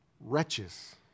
Wretches